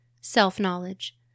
Self-Knowledge